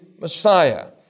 Messiah